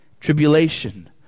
tribulation